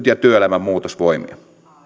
ja työelämän muutosvoimia